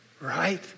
right